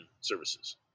services